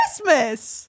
Christmas